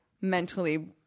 mentally